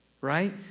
right